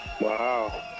Wow